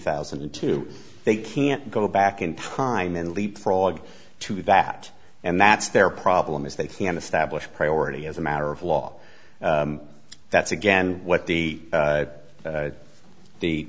thousand and two they can't go back in time and leapfrog to that and that's their problem is they can establish priority as a matter of law that's again what the